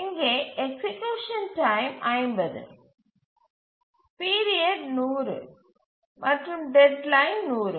இங்கே execution time 50 period 100 மற்றும் deadline 100